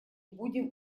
будем